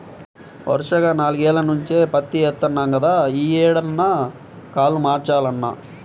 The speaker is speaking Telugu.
వరసగా నాల్గేల్ల నుంచి పత్తే యేత్తన్నాం గదా, యీ ఏడన్నా కాలు మార్చాలన్నా